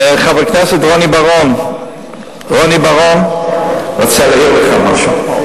חבר כנסת רוני בר-און, אני רוצה להעיר לך משהו.